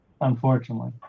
unfortunately